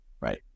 right